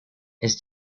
his